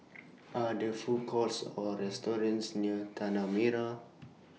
Are There Food Courts Or restaurants near Tanah Merah